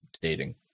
dating